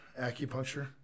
acupuncture